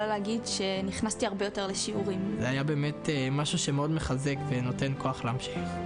ובאמת צריך להגיד תודה ולהוקיר את כל צוותי ההוראה,